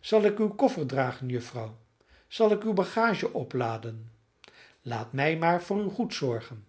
zal ik uw koffer dragen juffrouw zal ik uwe bagage opladen laat mij maar voor uw goed zorgen